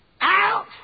out